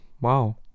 wow